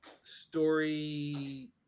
story